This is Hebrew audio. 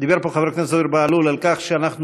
דיבר פה חבר הכנסת זוהיר בהלול על כך שאנחנו